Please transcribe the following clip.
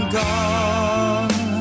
gone